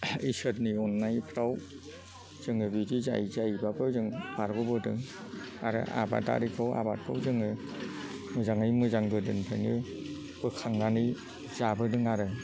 इसोरनि अननायफ्राव जोङो बिदि जायै जायैबाबो जों बारग'बोदों आरो आबादारिखौ आबादखौ जोङो मोजाङै मोजां गोदोनिफ्रायनो बोखांनानै जाबोदों आरो